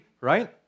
right